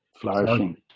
flourishing